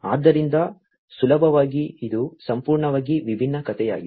ಆದ್ದರಿಂದ ಸುಲಭವಾಗಿ ಇದು ಸಂಪೂರ್ಣವಾಗಿ ವಿಭಿನ್ನ ಕಥೆಯಾಗಿದೆ